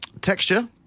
Texture